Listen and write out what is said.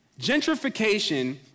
Gentrification